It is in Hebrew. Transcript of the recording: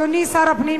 אדוני שר הפנים,